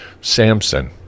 samson